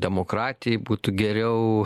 demokratijai būtų geriau